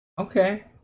Okay